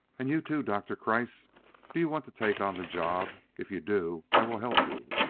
and you, too, doctor kreiss do you want to take on the job? if you do, i will help you.